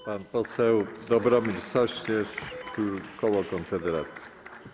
Pan poseł Dobromir Sośnierz, koło Konfederacji.